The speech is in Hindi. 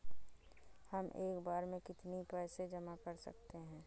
हम एक बार में कितनी पैसे जमा कर सकते हैं?